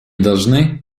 должны